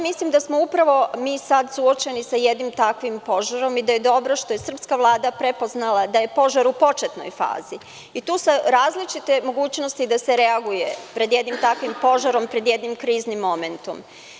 Mislim da smo mi upravo sada suočeni sa jednim takvim požarom i da je dobro što je srpska Vlada prepoznala da je požar u početnoj fazi i to sa različite mogućnosti da se reaguje pred jendim takvim požarom, pred jednim kriznim momentom.